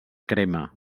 crema